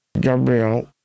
Gabriel